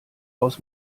aus